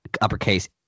uppercase